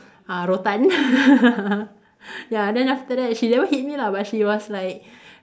uh rotan ya then after that she never hit me lah but she was like